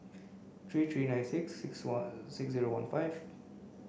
three three nine six six one six zero one five